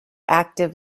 active